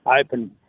open